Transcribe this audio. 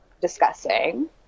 discussing